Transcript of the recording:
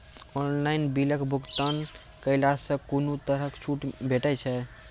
Online बिलक भुगतान केलासॅ कुनू तरहक छूट भेटै छै?